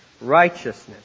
righteousness